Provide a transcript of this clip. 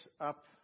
up